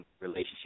relationship